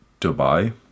Dubai